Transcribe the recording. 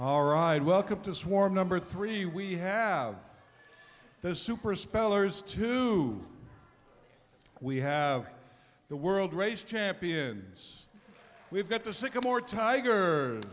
all right welcome to swarm number three we have this super spellers two we have the world race champions we've got the sycamore tiger